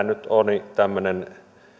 nyt oli tämmöinen